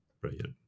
Brilliant